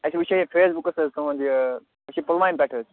اَسہِ وُچھیے فیس بُکَس پٮ۪ٹھ تُہٕنٛد یہِ أسۍ چھِ پُلوامہِ پٮ۪ٹھ حظ